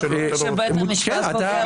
בטח.